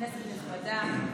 כנסת נכבדה,